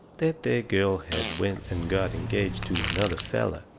that there girl had went and got engaged to another feller.